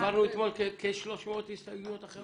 העברנו אתמול כ-300 הסתייגויות אחרות.